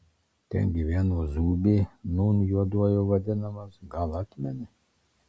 ten gyveno zūbė nūn juoduoju vadinamas gal atmeni